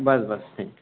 बरं बरं थँक्यू हां